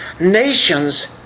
Nations